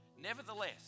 Nevertheless